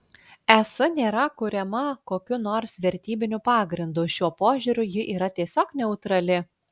es nėra kuriama kokiu nors vertybiniu pagrindu šiuo požiūriu ji yra tiesiog neutrali